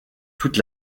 toute